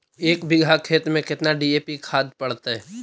एक बिघा खेत में केतना डी.ए.पी खाद पड़तै?